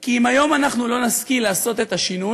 כי אם היום אנחנו לא נשכיל לעשות את השינוי,